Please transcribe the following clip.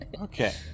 Okay